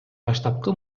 баштапкы